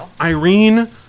Irene